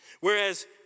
Whereas